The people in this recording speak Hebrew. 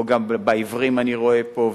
גם בקרב העיוורים אני רואה פה,